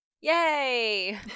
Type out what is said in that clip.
Yay